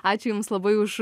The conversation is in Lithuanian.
ačiū jums labai už